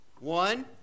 One